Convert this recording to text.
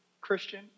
Christian